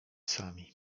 sami